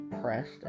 pressed